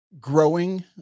Growing